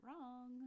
wrong